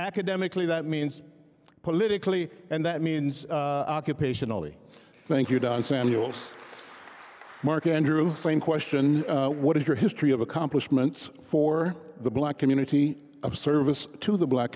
academically that means politically and that means patiently thank you don samuels mark andrew same question what is your history of accomplishments for the black community service to the black